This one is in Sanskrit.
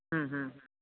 ह्म् ह्म् ह्म्